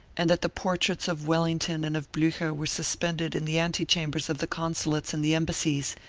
and that the portraits of wellington and of blucher were suspended in the antechambers of the consulates and the embassies,